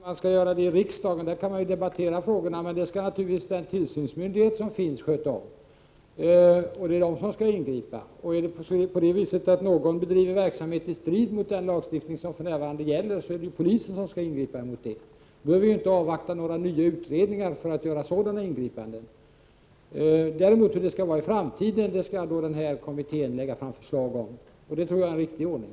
Fru talman! Jag är inte så säker på att man skall göra det i riksdagen. Här kan man ju debattera frågorna. Tillsynsmyndigheten skall naturligtvis ta ansvaret. Det är den som skall ingripa. Om någon bedriver verksamhet i strid med den lagstiftning som för närvarande gäller är det polisen som skall ingripa. Vi behöver således inte avvakta några nya utredningar för att göra sådana ingripanden. Hur det skall bli i framtiden skall däremot kommittén lägga fram förslag om. Det tror jag är en riktig ordning.